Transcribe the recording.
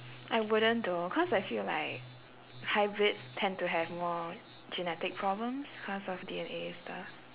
I wouldn't though cause I feel like hybrids tend to have more genetic problems cause of D_N_A stuff